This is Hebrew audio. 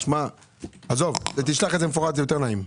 תשלח מפורט, יותר נעים.